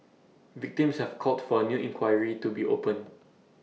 victims have called for A new inquiry to be opened